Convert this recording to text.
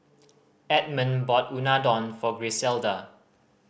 Edmund bought Unadon for Griselda